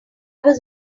was